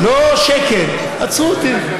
עצרו אותי.